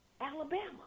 Alabama